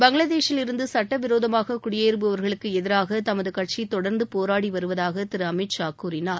பங்களாதேஷில் இருந்து சுட்ட விரோதமாக குடியேறுபவர்களுக்கு எதிராக தமது கட்சி தொடர்ந்து போராடி வருவதாக திரு அமித் ஷா கூறினார்